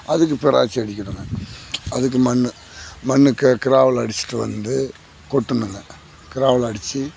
அதுக்கு பெராச்சி அடிக்கணுங்க அதுக்கு மண் மண்ணுக்கு கிராவல் அடிச்சுட்டு வந்து கொட்டணுங்க கிராவல் அடிச்சு